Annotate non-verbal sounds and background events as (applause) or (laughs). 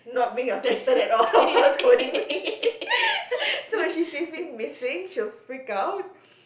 not being affected at all (laughs) of her scolding me (laughs) so when she sees me missing she'll freak out